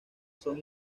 son